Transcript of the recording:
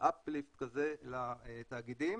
uplift כזה לתאגידים